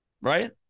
right